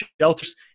shelters